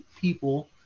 people